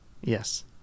yes